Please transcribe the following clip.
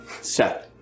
Set